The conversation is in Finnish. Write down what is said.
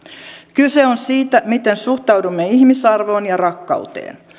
kyse on siitä miten suhtaudumme ihmisarvoon ja rakkauteen